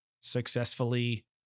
successfully